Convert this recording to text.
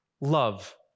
love